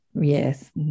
Yes